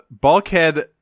Bulkhead